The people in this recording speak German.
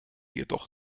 jedoch